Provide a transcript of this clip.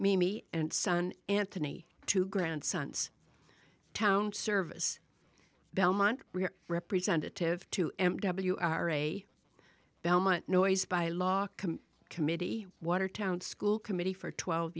mimi and son anthony two grandsons town service belmont representative to m w r a belmont noise by law committee watertown school committee for twelve